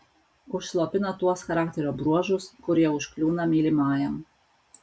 užslopina tuos charakterio bruožus kurie užkliūna mylimajam